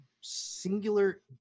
singular